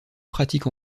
pratiques